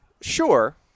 Sure